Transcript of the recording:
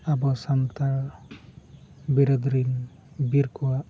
ᱟᱵᱚ ᱥᱟᱱᱛᱟᱲ ᱵᱤᱨᱟᱹᱫ ᱨᱮᱱ ᱵᱤᱨ ᱠᱚᱣᱟᱜ